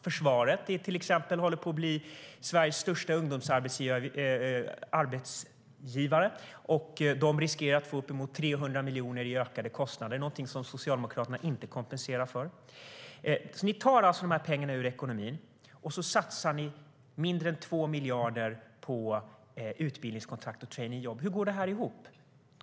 Försvaret, som håller på att bli Sveriges största ungdomsarbetsgivare, riskerar att få upp emot 300 miljoner i ökade kostnader. Men det kompenserar inte Socialdemokraterna för. Ni tar dessa pengar ur ekonomin, och satsar mindre än 2 miljarder på utbildningskontrakt och traineejobb. Hur går det ihop?